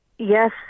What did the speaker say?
Yes